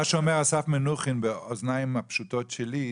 מה שאומר אסף מנוחין באוזניים הפשוטות שלי,